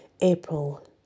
April